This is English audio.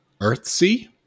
Earthsea